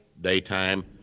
daytime